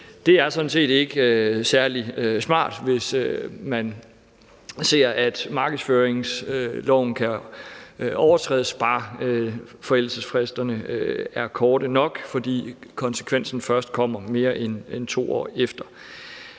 Det er sådan set ikke særlig smart, at markedsføringsloven kan overtrædes, bare forældelsesfristerne er korte nok, fordi konsekvensen først kommer mere end 2 år efter.